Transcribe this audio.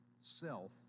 self